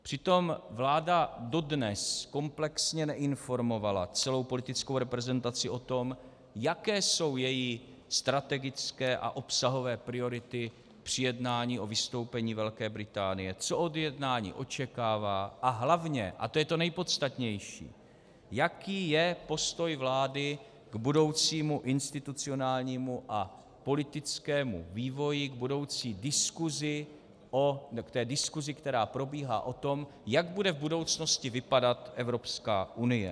Přitom vláda dodnes komplexně neinformovala celou politickou reprezentaci o tom, jaké jsou její strategické a obsahové priority při jednání o vystoupení Velké Británie, co od jednání očekává a hlavně, a to je to nejpodstatnější, jaký je postoj vlády k budoucímu institucionálnímu a politickému vývoji, k budoucí diskusi, té diskusi, která probíhá o tom, jak bude v budoucnosti vypadat Evropská unie.